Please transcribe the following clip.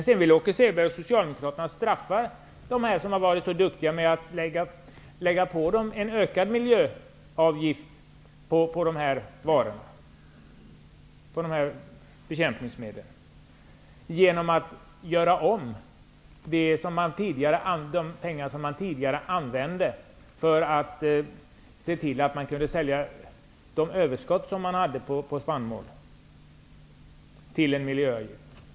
Sedan vill Åke Selberg och Socialdemokraterna straffa dem som varit så duktiga genom att lägga på en ökad miljöavgift på dessa bekämpningsmedel. Ni vill göra om den regleringsavgift som tidigare användes för att sälja överskotten på spannmål till en miljöavgift.